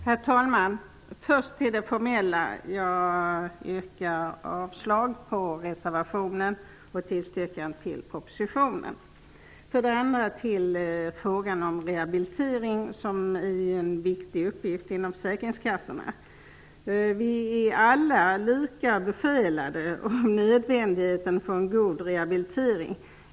Herr talman! För det första vill jag yrka avslag på reservationen och tillstyrka propositionen. För det andra vill jag ta upp frågan om rehabilitering, som är en viktig uppgift inom försäkringskassorna. Vi är alla lika besjälade av nödvändigheten av att få en god rehabilitering.